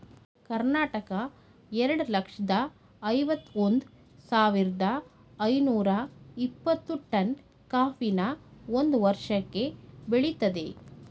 ಕರ್ನಾಟಕ ಎರಡ್ ಲಕ್ಷ್ದ ಐವತ್ ಒಂದ್ ಸಾವಿರ್ದ ಐನೂರ ಇಪ್ಪತ್ತು ಟನ್ ಕಾಫಿನ ಒಂದ್ ವರ್ಷಕ್ಕೆ ಬೆಳಿತದೆ